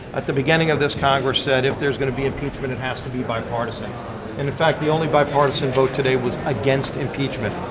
at the beginning of this congress, said if there's going to be impeachment, it has to be bipartisan. and in fact, the only bipartisan vote today was against impeachment.